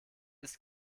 ist